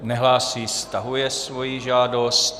Nehlásí, stahuje svoji žádost.